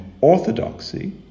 orthodoxy